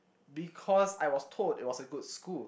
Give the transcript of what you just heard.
because I was told it was a good school